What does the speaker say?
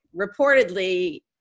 reportedly